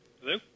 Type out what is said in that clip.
Hello